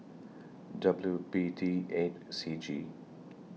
W B D eight C G